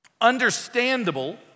understandable